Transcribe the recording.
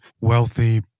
wealthy